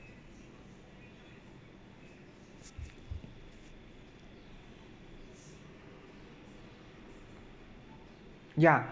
ya